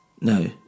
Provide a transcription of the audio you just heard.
No